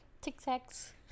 Tic-tacs